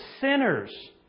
sinners